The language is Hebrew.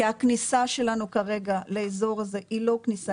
כי הכניסה שלנו כרגע לאזור הזה היא לא כניסה